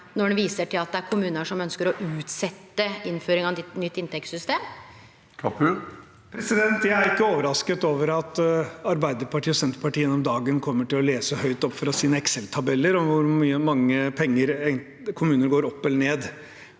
når han viser til at det er kommunar som ønskjer å utsetje innføringa av nytt inntektssystem? Mudassar Kapur (H) Jeg er ikke overras- ket over at Arbeiderpartiet og Senterpartiet gjennom dagen kommer til å lese høyt fra sine Excel-tabeller over hvor mange penger kommunene går opp eller ned,